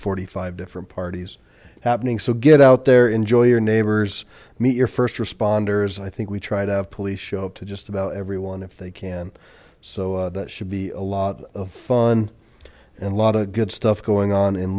forty five different parties happening so get out there enjoy your neighbors meet your first responders i think we try to have police show up to just about everyone if they can so that should be a lot of fun and a lot of good stuff going on in